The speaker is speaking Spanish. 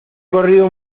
corrido